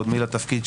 קודמי לתפקיד,